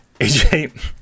AJ